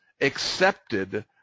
accepted